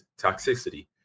toxicity